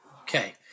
Okay